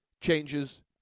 changes